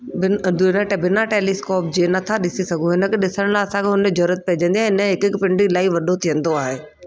बिन दुरट बिना टेलीस्कोप जे नथा ॾिसी सघूं हिन खे ॾिसण लाइ असांखे उन ई ज़रूरत पइजंदी आहे ऐं इन जो हिकु हिकु पिंड इलाही वॾो थींदो आहे